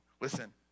Listen